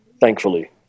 thankfully